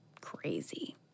crazy